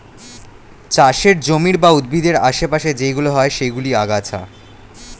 চাষের জমির বা উদ্ভিদের আশে পাশে যেইগুলো হয় সেইগুলো আগাছা